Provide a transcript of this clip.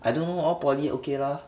I don't know all poly okay lah